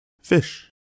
fish